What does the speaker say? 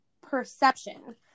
perception